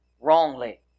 wrongly